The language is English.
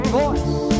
voice